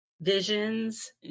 Visions